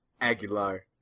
Aguilar